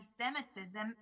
anti-semitism